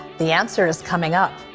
the answer is coming up.